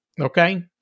Okay